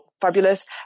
fabulous